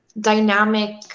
dynamic